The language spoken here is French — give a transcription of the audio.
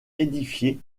édifié